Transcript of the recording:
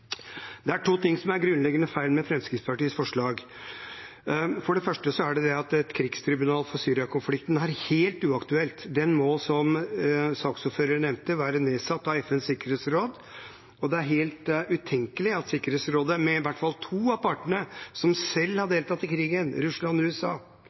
Det er to ting som er grunnleggende feil med Fremskrittspartiets forslag. For det første er et krigstribunal for Syria-konflikten helt uaktuelt. Det må, som saksordføreren nevnte, være nedsatt av FNs sikkerhetsråd, og det er helt utenkelig at Sikkerhetsrådet – med i hvert fall to av partene som selv har deltatt i krigen, Russland og USA